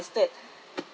-ed